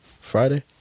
Friday